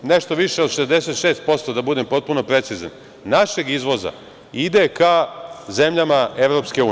Nešto više od 66%, da budem potpuno precizan, našeg izvoza ide ka zemljama EU.